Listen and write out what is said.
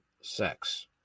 sex